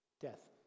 death